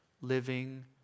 living